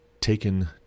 taken